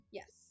yes